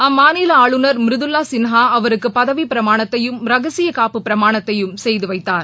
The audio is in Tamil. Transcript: அம்மாநில ஆளுநர் மிருதுல்லா சின்ஹா அவருக்கு பதவிப்பிரமாணத்தையும் ரகசிய காப்புப் பிரமாணத்தையும் செய்து வைத்தார்